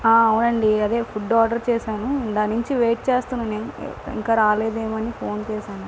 ఆ అవునండి అదే ఫుడ్ ఆర్డర్ చేశాను ఇందాక నుంచి వెయిట్ చేస్తున్నాను ఇంకా రాలేదు ఏమి అని ఫోన్ చేశాను